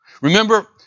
Remember